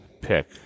pick